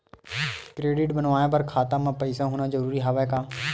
Credit बनवाय बर खाता म पईसा होना जरूरी हवय का?